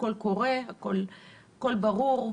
הכול ברור,